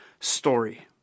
story